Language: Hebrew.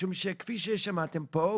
משום שכפי ששמעתם פה,